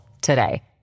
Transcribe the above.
today